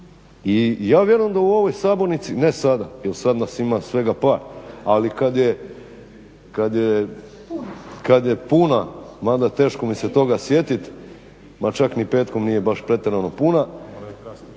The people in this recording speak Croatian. I ja vjerujem da u ovoj sabornici ne sada jer sad nas ima svega par ali kad je puna, mada teško mi se toga sjetiti, ma čak ni petkom nije baš pretjerano puno,